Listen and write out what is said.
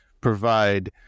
provide